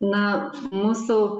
na mūsų